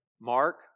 Mark